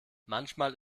manchmal